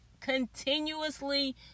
continuously